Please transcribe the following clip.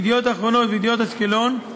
"ידיעות אחרונות" ו"ידיעות אשקלון",